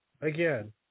again